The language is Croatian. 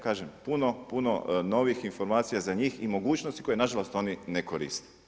Kažem puno, puno novih informacija za njih i mogućnosti koje na žalost oni ne koriste.